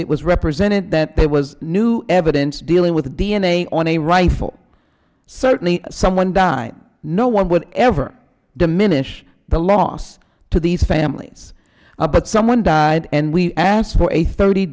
it was represented that there was new evidence dealing with the d n a on a rifle certainly someone died no one will ever diminish the loss to these families but someone died and we asked for a thirty